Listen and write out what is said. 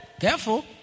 Careful